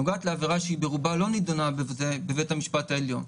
נוגעת לעבירה שברובה לא נידונה בבית המשפט העליון.